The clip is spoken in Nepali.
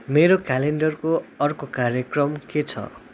मेरो क्यालेन्डरको अर्को कार्यक्रम के छ